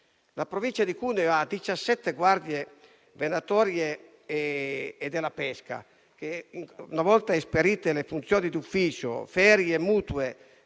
La Provincia di Cuneo ha 17 guardie venatorie e della pesca che, una volta esperite le funzioni d'ufficio, tenuto